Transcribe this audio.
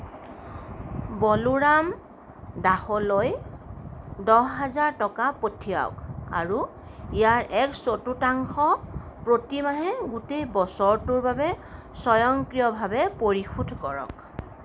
বলোৰাম দাসলৈ দহ হাজাৰ টকা পঠিয়াওক আৰু ইয়াৰ এক চতুৰ্থাংশ প্ৰতিমাহে গোটেই বছৰটোৰ বাবে স্বয়ংক্ৰিয়ভাৱে পৰিশোধ কৰক